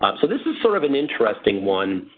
but so this is sort of and interesting one.